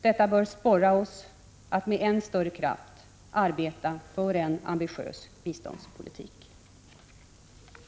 Detta bör sporra oss att med än större kraft arbeta för en ambitiös biståndspolitik.